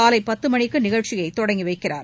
காலை பத்து மணிக்கு நிகழ்ச்சியை தொடங்கி வைக்கிறார்